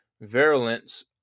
virulence